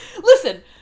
Listen